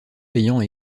payants